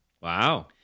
wow